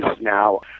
now